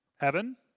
heaven